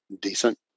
decent